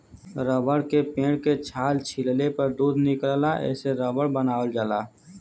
rubber के पेड़ के छाल छीलले पर दूध निकलला एसे रबर बनावल जाला